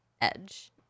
edge